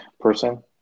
person